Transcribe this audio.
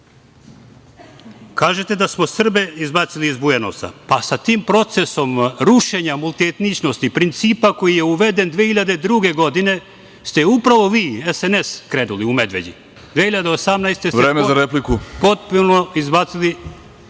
da smo Srbe izbacili iz Bujanovca? Pa, sa tim procesom rušenja multietničnosti, principa koji je uveden 2002. godine ste upravo vi, SNS, krenuli u Medveđi. Godine 2018. ste potpuno izbacili